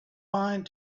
mind